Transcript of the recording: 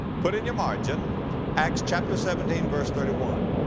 put in your margin acts chapter seventeen verse thirty one.